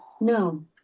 no